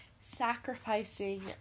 sacrificing